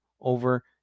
over